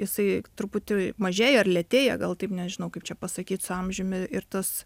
jisai truputį mažėja ar lėtėja gal taip nežinau kaip čia pasakyt su amžiumi ir tas